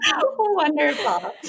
Wonderful